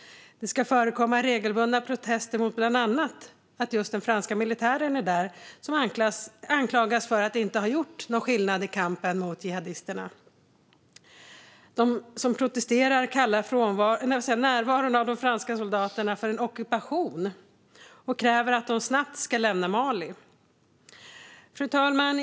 Det ska förekomma regelbundna protester mot bland annat att den franska militären är där, och den anklagas för att inte ha gjort någon skillnad i kampen mot jihadisterna. De som protesterar kallar närvaron av franska soldater för en ockupation och kräver att de snabbt ska lämna Mali. Fru talman!